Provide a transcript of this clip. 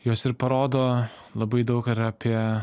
jos ir parodo labai daug ir apie